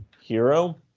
Hero